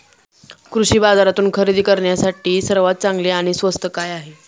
कृषी बाजारातून खरेदी करण्यासाठी सर्वात चांगले आणि स्वस्त काय आहे?